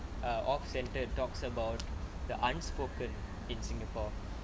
err off centered talks about the unspoken in singapore